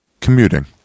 Commuting